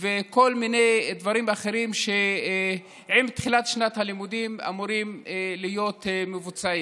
וכל מיני דברים אחרים שעם תחילת שנת הלימודים אמורים להיות מבוצעים.